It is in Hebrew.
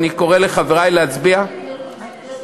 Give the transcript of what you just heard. ואני קורא לחברי להצביע בעדו.